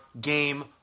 game